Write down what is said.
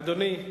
אדוני,